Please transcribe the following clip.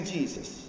Jesus